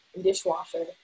dishwasher